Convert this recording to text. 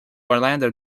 orlando